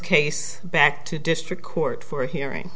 case back to district court for a hearing